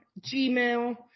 Gmail